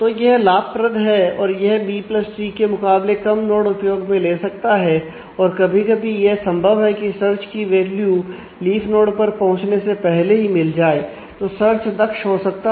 तो यह लाभप्रद है और यह बी प्लस ट्री के मुकाबले कम नोड उपयोग में ले सकता है और कभी कभी यह संभव है कि सर्च की वैल्यू नोड बड़े होते हैं